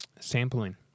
Sampling